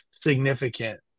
significant